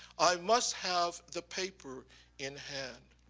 i must have the paper in hand.